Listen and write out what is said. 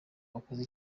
wakoze